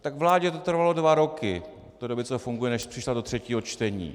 Tak vládě to trvalo dva roky od té doby, co tu funguje, než přišla do třetího čtení.